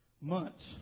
months